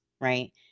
Right